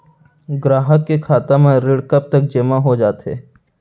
ग्राहक के खाता म ऋण कब तक जेमा हो जाथे?